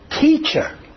teacher